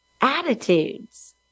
attitudes